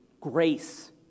grace